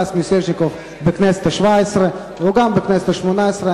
סטס מיסז'ניקוב בכנסת השבע-עשרה וגם בכנסת השמונה-עשרה.